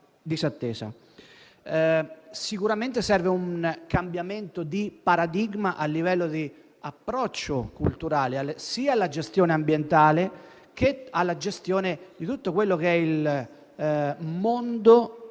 Sicuramente serve un cambiamento di paradigma a livello di approccio culturale sia alla gestione ambientale che alla gestione di tutto il mondo